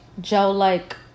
gel-like